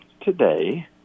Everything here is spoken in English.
today